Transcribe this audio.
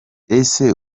ese